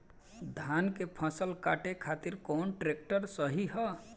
धान के फसल काटे खातिर कौन ट्रैक्टर सही ह?